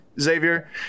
Xavier